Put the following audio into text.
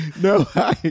No